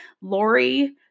Lori